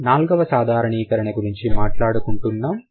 మనం నాలుగవ సాధారణీకరణ గురించి మాట్లాడుకుంటున్నాం